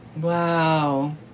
Wow